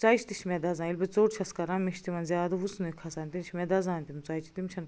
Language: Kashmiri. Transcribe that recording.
ژۄچہِ تہِ چھِ مےٚ دَزان ییٚلہِ بہٕ ژوٚٹ چھیٚس کران مےٚ چھُ تِمن زیادٕ وُژنٕے کھژان بیٚیہِ چھِ مےٚ دَزان تِم ژۄچہِ تِم چھَنہٕ